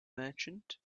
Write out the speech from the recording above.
merchant